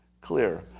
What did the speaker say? clear